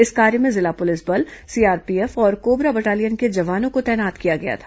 इस कार्य में जिला पुलिस बल सीआरपीएफ और कोबरा बटालियन के जवानों को तैनात किया गया था